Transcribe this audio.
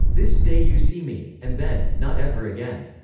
this day you see me, and then, not ever again,